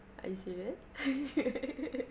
are you sure are you sure